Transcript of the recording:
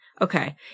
Okay